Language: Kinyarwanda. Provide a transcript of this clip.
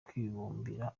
kwibumbira